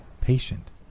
Patient